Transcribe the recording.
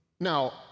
Now